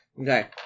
Okay